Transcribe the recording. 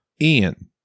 Ian